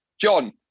John